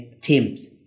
teams